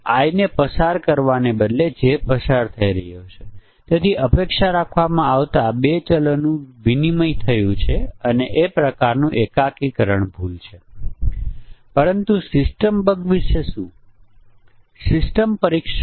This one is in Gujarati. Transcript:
પરંતુ પછી તમને આશ્ચર્ય થશે કે હું કેવી રીતે જાણું છું કે 7 ઇનપુટ પ્રત્યેક 2 લે છે મને અહી 8 મળે છે અને આ 15 માટે મને 21 મળે છે